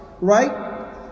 right